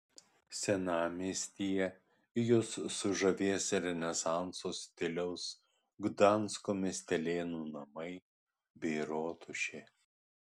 senamiestyje jus sužavės renesanso stiliaus gdansko miestelėnų namai bei rotušė